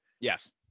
Yes